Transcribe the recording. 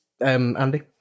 Andy